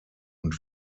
und